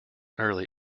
early